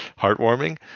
heartwarming